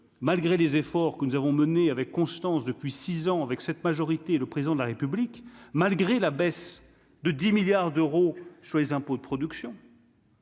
malgré les efforts que nous avons menée avec constance depuis 6 ans avec cette majorité, le président de la République, malgré la baisse de 10 milliards d'euros sur les impôts de production.